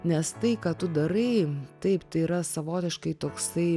nes tai ką tu darai taip tai yra savotiškai toksai